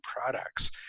products